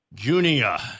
Junia